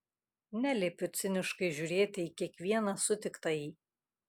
neliepiu ciniškai žiūrėti į kiekvieną sutiktąjį